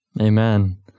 Amen